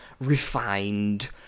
refined